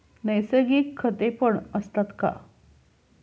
नैसर्गिक खतेपण असतात का?